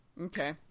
Okay